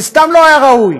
זה סתם היה לא ראוי.